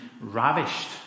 ravished